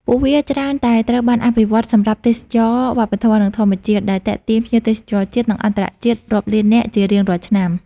ពួកវាច្រើនតែត្រូវបានអភិវឌ្ឍសម្រាប់ទេសចរណ៍វប្បធម៌ និងធម្មជាតិ ដែលទាក់ទាញភ្ញៀវទេសចរជាតិ និងអន្តរជាតិរាប់លាននាក់ជារៀងរាល់ឆ្នាំ។